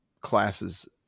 classes